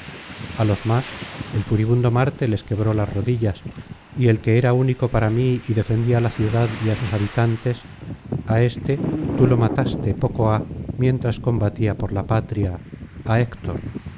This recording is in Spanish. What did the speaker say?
a los más el furibundo marte les quebró las rodillas y el que era único para mí y defendía la ciudad y á sus habitantes á éste tú lo mataste poco ha mientras combatía por la patria á héctor